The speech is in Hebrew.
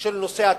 של נושא התכנון.